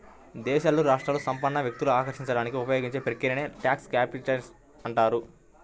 దేశాలు, రాష్ట్రాలు సంపన్న వ్యక్తులను ఆకర్షించడానికి ఉపయోగించే ప్రక్రియనే ట్యాక్స్ కాంపిటీషన్ అంటారు